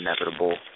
inevitable